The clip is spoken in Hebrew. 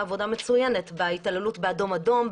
פעילות מצוינת בהתעללות באדום-אדום,